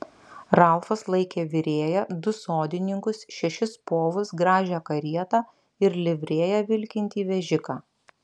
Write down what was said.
ralfas laikė virėją du sodininkus šešis povus gražią karietą ir livrėja vilkintį vežiką